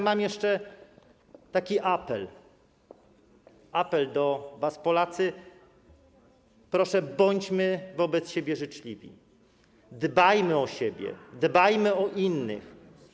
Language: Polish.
Mam jeszcze taki apel, apel do was, Polacy: proszę, bądźmy wobec siebie życzliwi, dbajmy o siebie, dbajmy o innych.